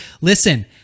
Listen